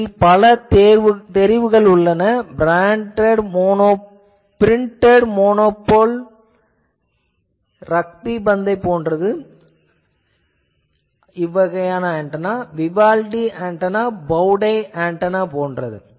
இதற்கு பல தெரிவுகள் உள்ளன printed monopole printed monopoles Rugby ball - rugby பந்து antenna Vivaldi antenna bow tie antenna போன்றவை